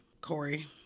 Corey